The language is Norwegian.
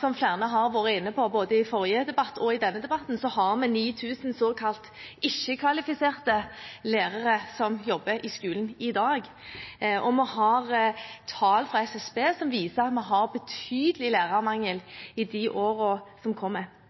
Som flere har vært inne på, både i denne debatten og i den forrige debatten, har vi 9 000 såkalte ikke-kvalifiserte lærere som jobber i skolen i dag, og vi har tall fra SSB som viser at vi vil ha betydelig lærermangel i årene som kommer.